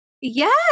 Yes